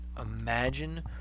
imagine